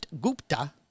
Gupta